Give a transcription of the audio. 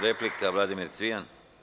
Replika Vladimir Cvijan.